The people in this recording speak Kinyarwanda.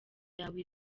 yawe